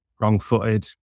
wrong-footed